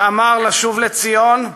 ואמר לשוב לציון,